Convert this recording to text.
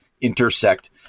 intersect